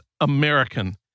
American